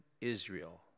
Israel